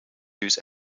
use